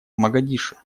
могадишо